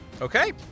Okay